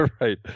right